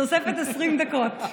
תוספת 20 דקות.